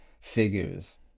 figures